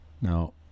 Now